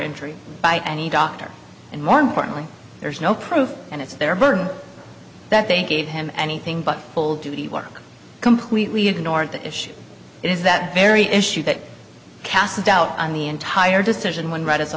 injury by any doctor and more importantly there's no proof and it's their burden that they gave him anything but will work completely ignore it the issue is that very issue that casts doubt on the entire decision when read as a